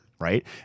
right